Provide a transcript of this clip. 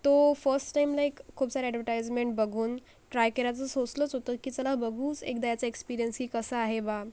तो first time like खूप सारे ॲडव्हर्टाईजमेंट बघून ट्राय करायचं सोचलंच होतं की चला बघूच एकदा ह्याचा एक्सपिरियन्स की कसा आहे बा